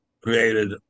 created